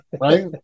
Right